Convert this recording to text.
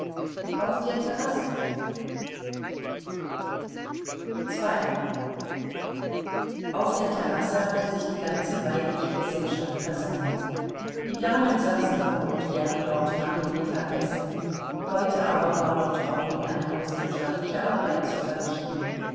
auf der terrasse auf der terrasse hatte sich die ganze weibliche gesellschaft versammelt die damen saßen überhaupt gern dort nach dem mittagessen heute aber war dort auch noch eine hauswirtschaftliche arbeit zu verrichten